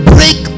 Break